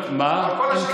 כל השנה הם עובדים.